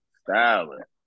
styling